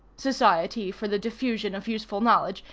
society for the diffusion of useful knowledge,